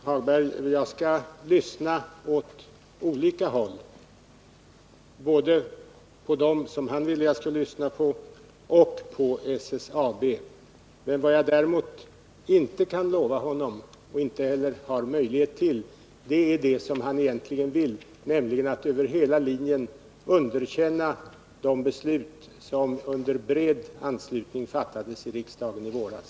Herr talman! Jag skall lyssna åt olika håll, både på dem som Lars-Ove Hagberg vill att jag skall lyssna till och på SSAB. Vad jag däremot inte kan lova Lars-Ove Hagberg och inte heller har möjlighet till är det som han egentligen vill, nämligen att över hela linjen underkänna de beslut som under bred anslutning fattades i riksdaggn i våras.